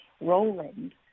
Roland